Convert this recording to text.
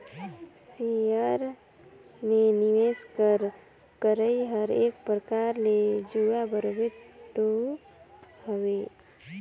share में निवेस कर करई हर एक परकार ले जुआ बरोबेर तो हवे